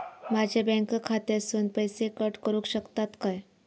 माझ्या बँक खात्यासून पैसे कट करुक शकतात काय?